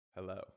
Hello